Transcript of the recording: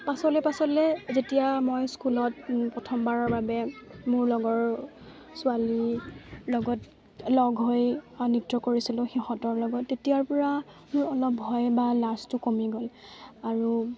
পাচলৈ পাচলৈ যেতিয়া মই স্কুলত প্ৰথমবাৰৰ বাবে মোৰ লগৰ ছোৱালীৰ লগত লগ হৈ নৃত্য কৰিছিলোঁ সিহঁতৰ লগত তেতিয়াৰপৰা মোৰ অলপ ভয় বা লাজটো কমি গ'ল আৰু